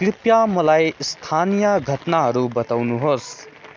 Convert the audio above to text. कृपया मलाई स्थानीय घटनाहरू बताउनु होस्